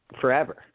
forever